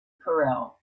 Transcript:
corral